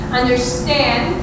understand